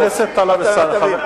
חבר הכנסת טלב אלסאנע.